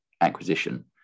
acquisition